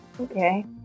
Okay